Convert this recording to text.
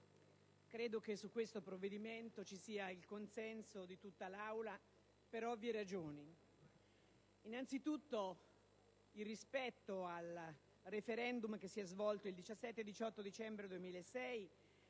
credo che su questo provvedimento ci sia il consenso di tutta l'Assemblea, per ovvie ragioni. Innanzitutto, rispetto al *referendum* che si è svolto il 17 ed il 18 dicembre 2006,